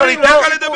אבל אני אתן לך לדבר.